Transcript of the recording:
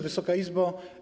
Wysoka Izbo!